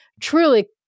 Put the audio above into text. Truly